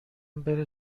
بره